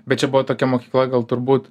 bet čia buvo tokia mokykla gal turbūt